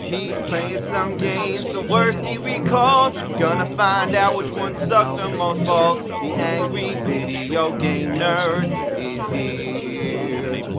he's playing some games, the worst he recalls. he's gonna find out which one sucks the most balls. the angry video game nerd is here.